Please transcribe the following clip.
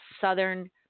southern